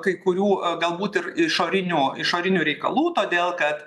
kai kurių galbūt ir išorinių išorinių reikalų todėl kad